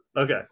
Okay